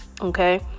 Okay